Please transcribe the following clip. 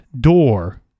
door